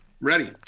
Ready